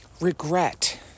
regret